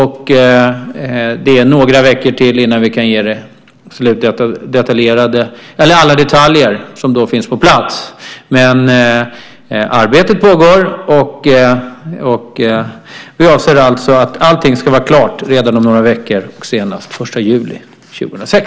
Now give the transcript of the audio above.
Det dröjer några veckor till innan vi kan ge alla detaljer som då finns på plats. Arbetet pågår, och vi avser alltså att allting ska vara klart redan om några veckor och senast den 1 juli 2006.